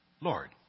Lord